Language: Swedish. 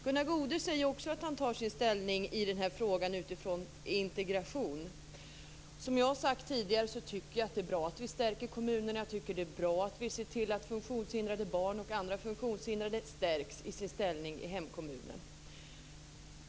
Gunnar Goude säger att han tar ställning i frågan med utgångspunkt i integration. Det är bra att vi stärker kommunerna. Det är bra att vi ser till att funktionshindrade barn och andra funktionshindrade stärks i sin ställning i hemkommunen.